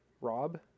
Rob